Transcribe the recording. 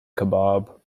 kebab